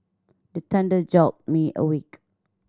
the thunder jolt me awake